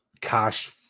cash